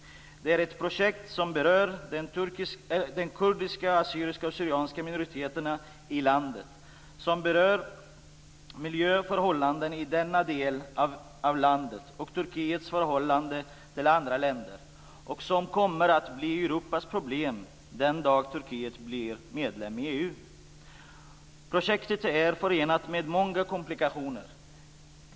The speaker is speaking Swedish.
Det är ett projekt som berör de kurdiska, assyriska och syrianska minoriteterna i landet, som berör miljöförhållandena i denna del av landet och som berör Turkiets förhållande till andra länder. Detta kommer att bli Europas problem den dag Turkiet blir medlem i EU. Projektet är förenat med många komplikationer.